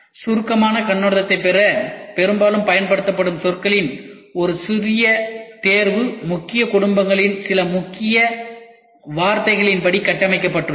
சுருக்கமான கண்ணோட்டத்தைப் பெற பெரும்பாலும் பயன்படுத்தப்படும் சொற்களின் ஒரு சிறிய தேர்வு முக்கிய குடும்பங்களின் சில முக்கிய வார்த்தைகளின்படி கட்டமைக்கப்பட்டுள்ளது